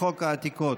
העתיקות,